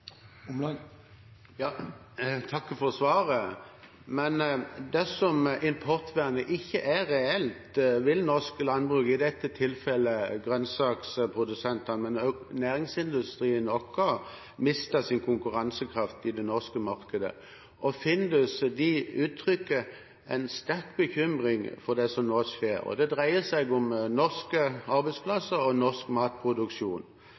for svaret, men dersom importvernet ikke er reelt, vil norsk landbruk, i dette tilfellet grønnsakprodusentene, men også næringsindustrien vår, miste sin konkurransekraft i det norske markedet. Findus uttrykker en sterk bekymring for det som nå skjer. Det dreier seg om norske arbeidsplasser og norsk matproduksjon.